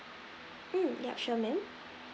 mm yup sure ma'am